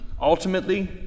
ultimately